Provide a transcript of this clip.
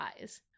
eyes